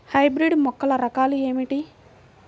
Hybrid మొక్కల రకాలు ఏమిటి?